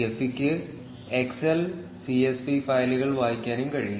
ഗെഫിക്ക് Excel CSV ഫയലുകൾ വായിക്കാനും കഴിയും